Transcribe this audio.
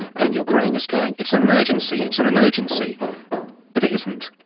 and your brain is going, it's an emergency, it's an emergency but it isn't.